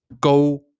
go